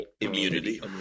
immunity